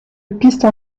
pistes